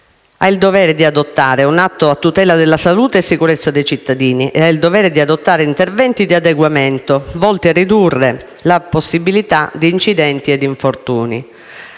ha il dovere di adottare un atto a tutela della salute e sicurezza dei cittadini, nonché interventi di adeguamento volti a ridurre le probabilità di incidenti e infortuni.